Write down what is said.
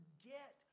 forget